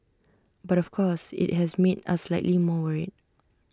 but of course IT has made us slightly more worried